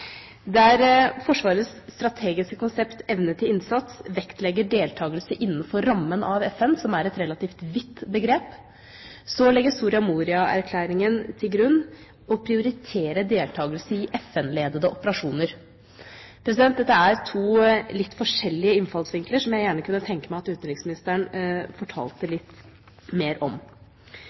Der Forsvarets strategiske konsept Evne til innsats vektlegger deltakelse innenfor rammen av FN, som er et relativt vidt begrep, legger Soria Moria-erklæringen til grunn å prioritere deltakelse i FN-ledede operasjoner. Dette er to litt forskjellige innfallsvinkler som jeg gjerne kunne tenke meg at utenriksministeren fortalte litt mer om.